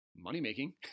money-making